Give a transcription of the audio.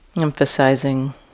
emphasizing